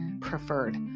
preferred